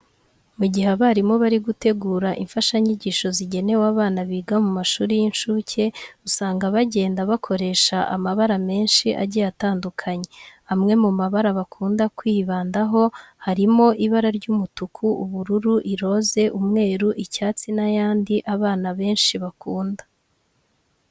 Mu gihe abarimu bari gutegura imfashanyigisho zigenewe abana biga mu mashuri y'incuke, usanga bagenda bakoresha amabara menshi agiye atandukanye. Amwe mu mabara bakunda kwibandaho harimo ibara ry'umutuku, ubururu, iroze, umweru, icyatsi n'ayandi abana benshi bakunda.